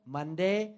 Monday